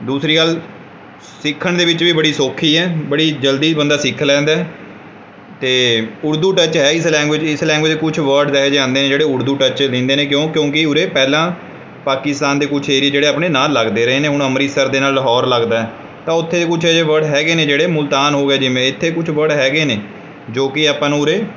ਦੂਸਰੀ ਗੱਲ ਸਿੱਖਣ ਦੇ ਵਿੱਚ ਵੀ ਬੜੀ ਸੌਖੀ ਹੈ ਬੜੀ ਜਲਦੀ ਬੰਦਾ ਸਿੱਖ ਲੈਂਦਾ ਹੈ ਅਤੇ ਉਰਦੂ ਟੱਚ ਹੈ ਇਸ ਲੈਂਗੁਏਜ ਇਸ ਲੈਂਗੁਏਜ ਕੁਛ ਵਰਡਸ ਅਜਿਹੇ ਆਉਂਦੇ ਜਿਹੜੇ ਉਰਦੂ ਟੱਚ ਦਿੰਦੇ ਨੇ ਕਿਉਂ ਕਿਉਂਕਿ ਉਰੇ ਪਹਿਲਾਂ ਪਾਕਿਸਤਾਨ ਦੇ ਕੁਛ ਏਰੀਏ ਜਿਹੜੇ ਆਪਣੇ ਨਾਲ ਲੱਗਦੇ ਰਹੇ ਨੇ ਹੁਣ ਅੰਮ੍ਰਿਤਸਰ ਦੇ ਨਾਲ ਲਾਹੌਰ ਲੱਗਦਾ ਹੈ ਤਾਂ ਉੱਥੇ ਕੁਛ ਅਜੇ ਵਰਡ ਹੈਗੇ ਨੇ ਜਿਹੜੇ ਮੁਲਤਾਨ ਹੋ ਗਏ ਜਿਵੇਂ ਇੱਥੇ ਕੁਝ ਵਰਡ ਹੈਗੇ ਨੇ ਜੋ ਕਿ ਆਪਾਂ ਨੂੰ ਉਰੇ